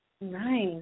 Nice